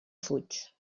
fuig